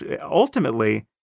ultimately